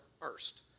first